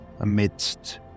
amidst